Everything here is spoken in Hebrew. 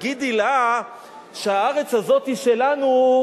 תגידי שהארץ הזאת היא שלנו,